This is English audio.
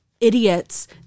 idiots